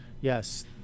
yes